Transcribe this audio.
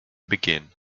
begin